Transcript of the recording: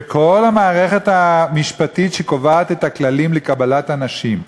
וכל המערכת המשפטית שקובעת את הכללים לקבלת אנשים,